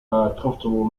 comfortable